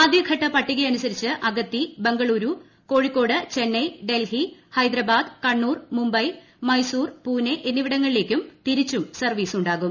ആദ്യഘട്ട പട്ടികയനുസരിച്ച് അഗത്തി ബംഗളുരു കോഴിക്കോട് ചെന്നൈ ഡൽഹി ഹൈദരാബാദ് കണ്ണൂർ മുംബൈ മൈസൂർ പൂനെ എന്നിവിടങ്ങളിലേക്കും തിരിച്ചും സർവ്വീസ് ഉണ്ടാകും